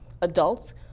adults